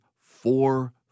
four